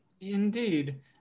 Indeed